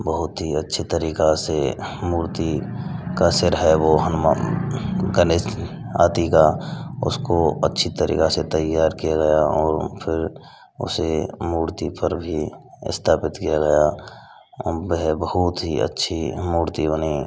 बहुत ही अच्छे तरीका से मूर्ति का सिर है वह हनुमान गणेश हाथी का उसको अच्छी तरीका से तैयार किया गया और फिर उसे मूर्ति पर भी स्थापित किया गया अब वह बहुत ही अच्छी मूर्ति बनी